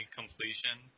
completion